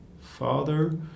father